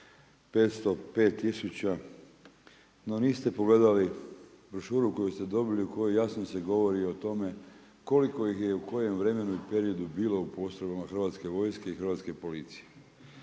505000 no niste pogledali brošuru koju ste dobili u kojoj jasno se govori o tome, koliko ih je u kojem vremenu i periodu bilo u postojanju Hrvatske vojske i Hrvatske policije.